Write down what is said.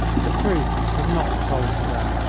the truth was not told to them,